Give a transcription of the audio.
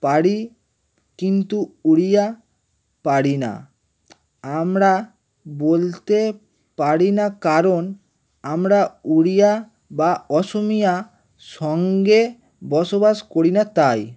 পারি কিন্তু উড়িয়া পারি না আমরা বলতে পারি না কারণ আমরা উড়িয়া বা অসমীয়ার সঙ্গে বসবাস করি না তাই